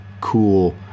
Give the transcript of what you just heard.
cool